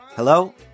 Hello